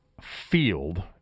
field